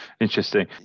Interesting